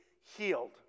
healed